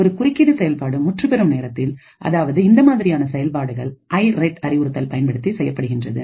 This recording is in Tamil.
ஒரு குறுக்கீடு செயல்பாடு முற்றுப் பெறும் நேரத்தில் அதாவது இந்த மாதிரியான செயல்பாடுகள் ஐரெட் அறிவுறுத்தல் பயன்படுத்தி செய்யப்படுகின்றது